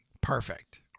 Perfect